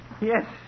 Yes